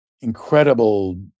incredible